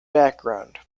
background